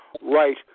right